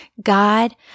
God